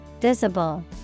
Visible